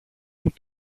μου